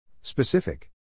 Specific